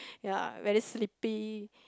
ya very sleepy